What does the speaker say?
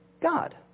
God